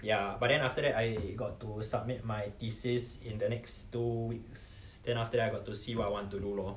ya but then after that I got to submit my thesis in the next two weeks then after that I got to see what I want to know lor